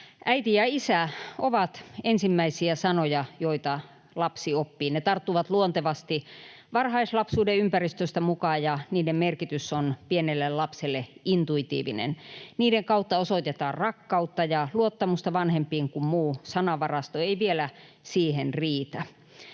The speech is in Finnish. ”Äiti” ja ”isä” ovat ensimmäisiä sanoja, joita lapsi oppii. Ne tarttuvat luontevasti varhaislapsuuden ympäristöstä mukaan, ja niiden merkitys on pienelle lapselle intuitiivinen. Niiden kautta osoitetaan rakkautta ja luottamusta vanhempiin, kun muu sanavarasto ei vielä siihen riitä.